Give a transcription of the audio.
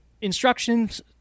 Instructions